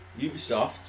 Ubisoft